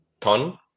ton